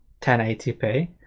1080p